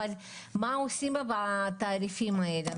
אבל מה עושים עם התעריפים הללו?